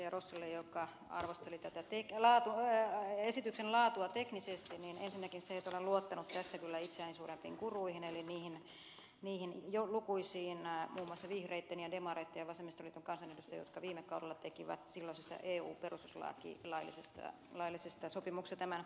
rossille joka arvosteli tätä esityksen laatua teknisesti ensinnäkin sitä että olen luottanut tässä kyllä itseäni suurempiin guruihin eli niihin lukuisiin muun muassa vihreitten ja demareitten ja vasemmistoliiton kansanedustajiin jotka viime kaudella tekivät silloisesta eun perustuslaillisesta sopimuksesta aloitteen tällä tekniikalla